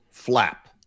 flap